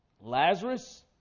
Lazarus